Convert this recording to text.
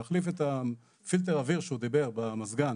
להחליף את פילטר האוויר שהוא דיבר, במזגן,